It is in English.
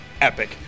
epic